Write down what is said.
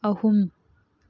ꯑꯍꯨꯝ